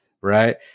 right